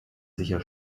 sicher